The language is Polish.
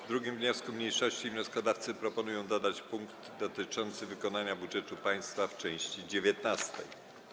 W 2. wniosku mniejszości wnioskodawcy proponują dodać punkt dotyczący wykonania budżetu państwa w części 19.